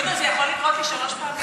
יהודה, זה יכול לקרות לי שלוש פעמים.